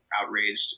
outraged